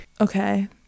Okay